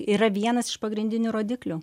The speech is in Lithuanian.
yra vienas iš pagrindinių rodiklių